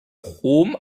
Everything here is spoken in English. home